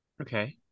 Okay